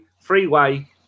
freeway